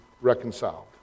reconciled